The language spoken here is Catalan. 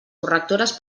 correctores